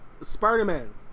Spider-Man